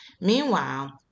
Meanwhile